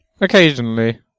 occasionally